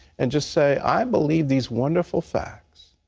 and just say, i believe these wonderful facts,